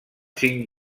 cinc